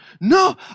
no